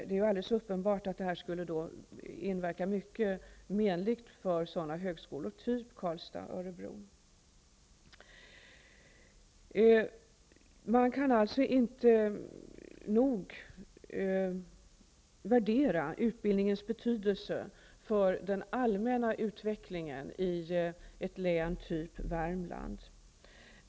Det är alldeles uppenbart att det skulle inverka mycket menligt på sådana högskolor som högskolorna i Karlstad och i Man kan alltså inte nog värdera utbildningens betydelse för den allmänna utvecklingen i ett län som Värmland.